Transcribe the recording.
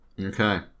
Okay